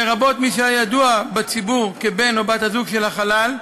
לרבות מי שהיה ידוע בציבור כבן או בת הזוג של החלל,